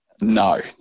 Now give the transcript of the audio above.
No